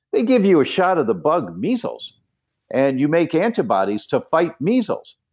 they give you a shot of the bug measles and you make antibodies to fight measles.